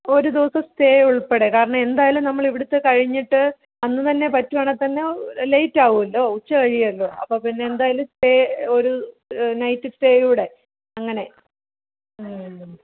ഒരു ദിവസം സ്റ്റേ ഉൾപ്പെടെ കാരണം എന്തായാലും നമ്മളിവിടുത്തെ കഴിഞ്ഞിട്ട് അന്ന് തന്നെ പറ്റുവാണേൽ തന്നെ ലൈറ്റാകുവല്ലോ ഉച്ച കഴിയോലോ അപ്പോൾ പിന്നെ എന്തായാലും സ്റ്റേ ഒരു നൈറ്റ് സ്റ്റേയൂടെ അങ്ങനെ